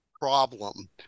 problem